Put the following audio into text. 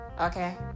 Okay